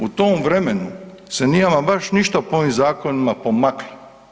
U tom vremenu se nije ama baš ništa po ovim zakonima pomaklo.